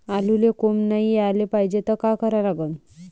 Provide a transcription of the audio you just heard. आलूले कोंब नाई याले पायजे त का करा लागन?